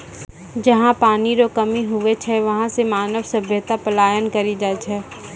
जहा पनी रो कमी हुवै छै वहां से मानव सभ्यता पलायन करी जाय छै